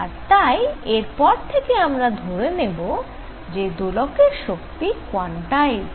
আর তাই এরপর থেকে আমরা ধরে নেব যে দোলকের শক্তি কোয়ান্টাইজড